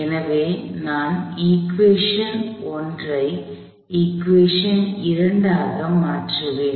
எனவே நான் இக்குவேஷன்சமன்பாடு 1 ஐ இக்குவேஷன் 2 ஆக மாற்றுவேன்